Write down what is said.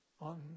on